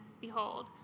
Behold